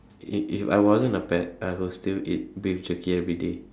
if if I wasn't a pet I will still eat beef jerky everyday